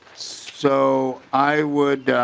so i would